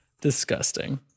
Disgusting